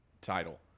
title